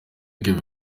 kevin